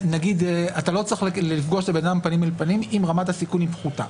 אתה לא צריך לפגוש את האדם פנים אל פנים אם רמת הסיכון היא פחותה.